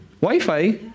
Wi-Fi